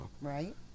Right